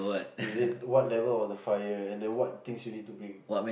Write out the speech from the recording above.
is it what level of the fire and then what things you need to bring